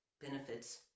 benefits